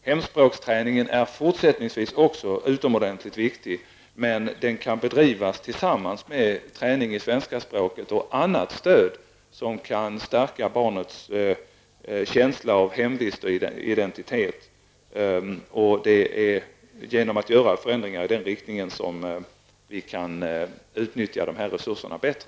Hemspråksträningen är också i fortsättningen utomordentligt viktig, men den kan bedrivas tillsammans med träning i svenska språket och annat stöd som kan stärka barnets känsla för hemvist och identitet. Det är genom att göra förändringar i denna riktning som vi kan utnyttja resurserna bättre.